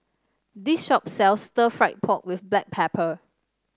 this shop sells Stir Fried Pork with Black Pepper